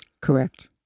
Correct